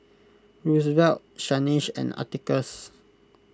Roosevelt Shanice and Atticus